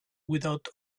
without